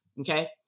Okay